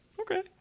Okay